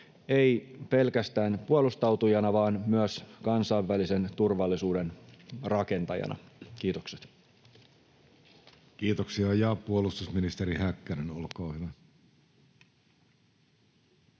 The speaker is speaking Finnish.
ei pelkästään puolustautujana vaan myös kansainvälisen turvallisuuden rakentajana. — Kiitokset. Kiitoksia. — Ja puolustusministeri Häkkänen, olkaa hyvä.